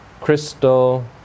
crystal